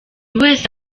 wese